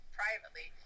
privately